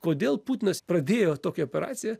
kodėl putinas pradėjo tokią operaciją